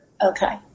Okay